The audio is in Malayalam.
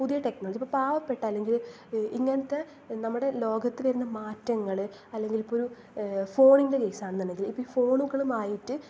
പുതിയ ടെക്നോളജി ഇപ്പോൾ പാവപ്പെട്ട അല്ലെങ്കില് ഇങ്ങനത്തെ നമ്മുടെ ലോകത്തിന് വരുന്ന മാറ്റങ്ങള് അല്ലെങ്കിൽ ഇപ്പോൾ ഒരു ഫോണിൻ്റെ കേസാണെന്നുണ്ടെങ്കിൽ ഇപ്പോൾ ഈ ഫോണുകളുമായിട്ട്